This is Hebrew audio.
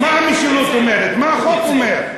מה המשילות אומרת, מה החוק אומר?